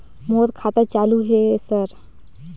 मोर खाता चालु हे सर?